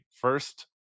first